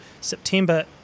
September